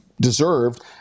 deserved